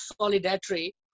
solidarity